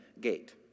gate